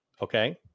okay